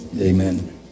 Amen